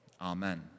Amen